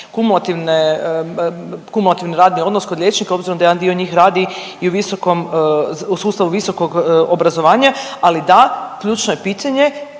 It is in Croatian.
kumulativni radni odnos kod liječnika, obzirom da jedan dio njih radi i u visokom, u sustavu visokog obrazovanja, ali da, ključno je pitanje,